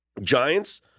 Giants